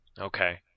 Okay